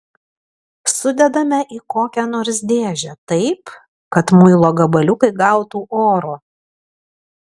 sudedame į kokią nors dėžę taip kad muilo gabaliukai gautų oro